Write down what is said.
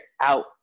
out